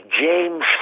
James